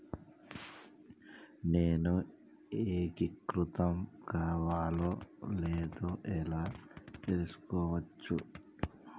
నేను ఏకీకృతం కావాలో లేదో ఎలా తెలుసుకోవచ్చు?